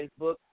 Facebook